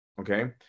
Okay